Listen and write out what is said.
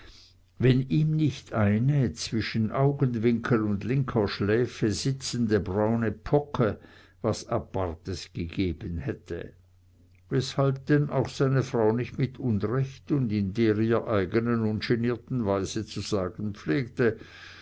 wenn ihm nicht eine zwischen augenwinkel und linker schläfe sitzende braune pocke was apartes gegeben hätte weshalb denn auch seine frau nicht mit unrecht und in der ihr eigenen ungenierten weise zu sagen pflegte